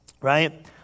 right